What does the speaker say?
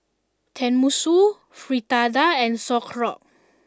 Tenmusu Fritada and Sauerkraut